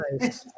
Right